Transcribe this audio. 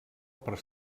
per